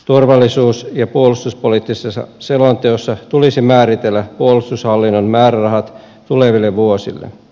turvallisuus ja puolustuspoliittisessa selonteossa tulisi määritellä puolustushallinnon määrärahat tuleville vuosille